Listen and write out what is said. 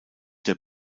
der